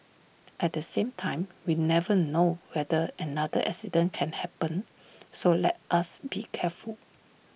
at the same time we never know whether another accident can happen so let us be careful